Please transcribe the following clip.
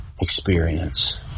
experience